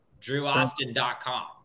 drewaustin.com